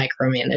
micromanage